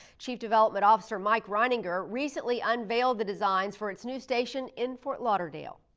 chief development officer, mike reininger, recently unveiled the designs for its new station in fort lauderdale.